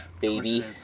baby